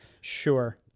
Sure